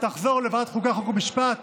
תחזור לוועדת חוקה, חוק ומשפט